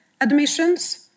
admissions